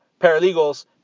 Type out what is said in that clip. paralegals